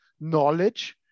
knowledge